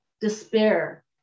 despair